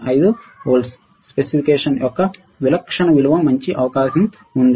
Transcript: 5 వోల్ట్ల స్పెసిఫికేషన్ యొక్క విలక్షణ విలువ మంచి అవకాశం ఉంది